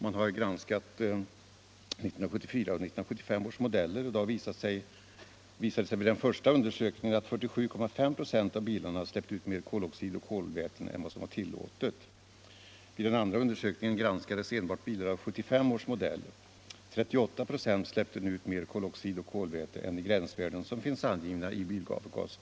Man har granskat 1974 och 1975 års modeller, och vid den första undersökningen visade det sig att 47,5 96 av bilarna släppte ut mer koloxid och kolväte än vad som är tillåtet. Vid den andra undersökningen granskades enbart bilar av 1975 års modell. 38 4 släppte nu ut koloxid och kolväte över de gränsvärden som finns angivna i bilavgaskungörelsen.